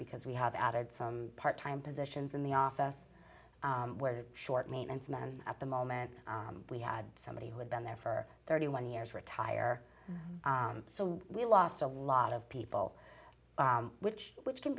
because we have added some part time positions in the office where the short maintenance man at the moment we had somebody who had been there for thirty one years retire so we lost a lot of people which which can